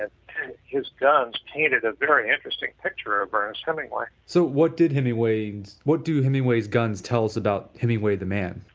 ah his guns painted a very interesting picture of ernest hemingway so, what did hemingway, what do hemingway's guns tell us about hemingway the man?